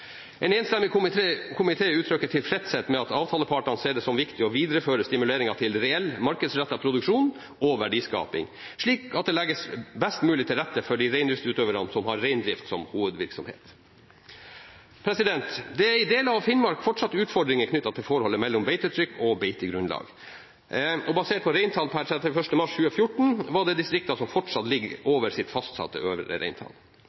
En enstemmig komité uttrykker tilfredshet med at avtalepartene ser det som viktig å videreføre stimuleringen til reell markedsrettet produksjon og verdiskaping, slik at det legges best mulig til rette for de reindriftsutøvere som har reindrift som hovedvirksomhet. Det er i deler av Finnmark fortsatt utfordringer knyttet til forholdet mellom beitetrykk og beitegrunnlag, og basert på reintall per 31. mars 2014 var det distrikter som fortsatt lå over sitt fastsatte øvre reintall.